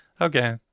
Okay